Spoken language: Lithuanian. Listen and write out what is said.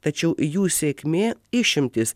tačiau jų sėkmė išimtys